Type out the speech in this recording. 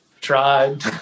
tried